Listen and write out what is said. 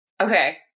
Okay